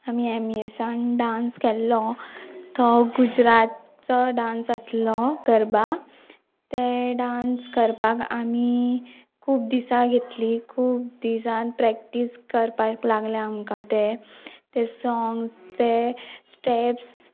आमी एम ई एसान डांस केल्लो तो गुजरातचो डांस आसलो गरबा ते डांस करपाक आमी खूब दिसां घेतली खूब दिसान प्रॅक्टीस करपाक लागले आमकां तें तें सोंग्स तें स्टेप्स